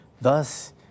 Thus